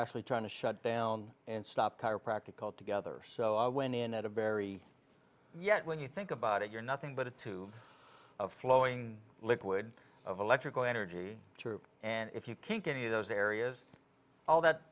actually trying to shut down and stop chiropractic altogether so i went in at a very yet when you think about it you're nothing but a two flowing liquid of electrical energy troop and if you take any of those areas all that